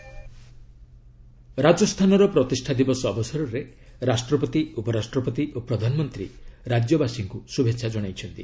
Rajasthan formation day ରାଜସ୍ଥାନର ପ୍ରତିଷ୍ଠା ଦିବସ ଅବସରରେ ରାଷ୍ଟ୍ରପତି ଉପରାଷ୍ଟ୍ରପତି ଓ ପ୍ରଧାନମନ୍ତ୍ରୀ ରାଜ୍ୟବାସୀଙ୍କୁ ଶୁଭେଛା କଣାଇଛନ୍ତି